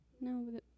No